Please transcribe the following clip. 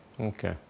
okay